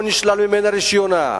או שיישלל ממנה רשיונה,